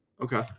Okay